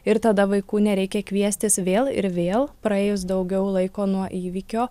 ir tada vaikų nereikia kviestis vėl ir vėl praėjus daugiau laiko nuo įvykio